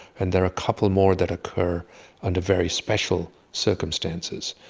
and there are a couple more that occur under very special circumstances.